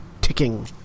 ticking